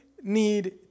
need